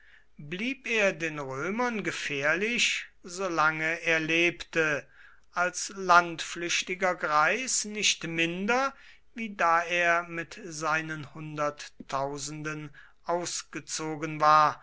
blieb er den römern gefährlich solange er lebte als landflüchtiger greis nicht minder wie da er mit seinen hunderttausenden ausgezogen war